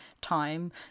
time